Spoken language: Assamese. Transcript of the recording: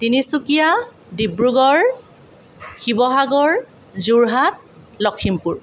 তিনিচুকীয়া ডিব্ৰুগড় শিৱসাগৰ যোৰহাট লক্ষীমপুৰ